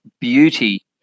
beauty